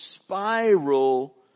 spiral